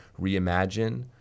reimagine